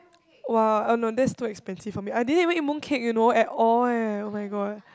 !wah! oh no that's too expensive for me I didn't even eat moon cake you know at all eh [oh]-my-god